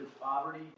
poverty